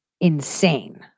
insane